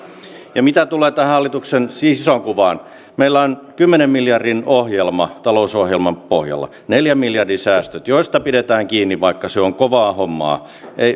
ja mitä tulee tähän hallituksen isoon kuvaan meillä on kymmenen miljardin ohjelma talousohjelman pohjalla neljän miljardin säästöt joista pidetään kiinni vaikka se on kovaa hommaa